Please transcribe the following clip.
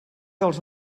dels